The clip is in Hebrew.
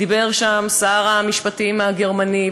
דיבר שם שר המשפטים הגרמני,